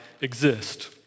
exist